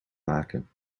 maken